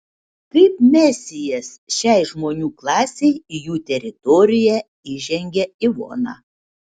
kaip mesijas šiai žmonių klasei į jų teritoriją įžengia ivona